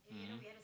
mmhmm